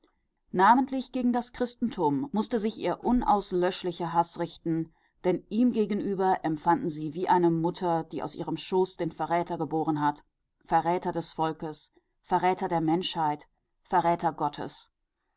namentlich gegen das christentum mußte sich ihr unauslöschlicher haß richten denn ihm gegenüber empfanden sie wie eine mutter die aus ihrem schoß den verräter geboren hat verräter des volkes verräter der menschheit verräter gottes